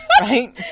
Right